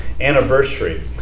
anniversary